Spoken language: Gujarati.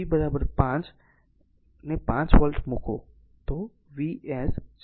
તેથી જો V 5 ના 5 V મુકો